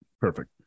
perfect